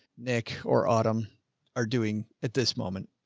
nick or autumn are doing at this moment.